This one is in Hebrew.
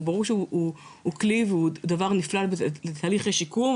וברור שהוא כלי ודבר נפלא לתהליך שיקום,